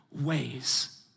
ways